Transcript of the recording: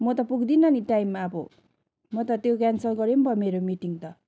म त पुग्दिनँ नि टाइममा अब म त त्यो क्यान्सल गरे पनि भयो मेरो मिटिङ त